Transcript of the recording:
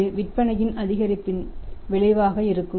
இது விற்பனையின் அதிகரிப்பின் விளைவாக இருக்கும்